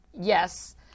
Yes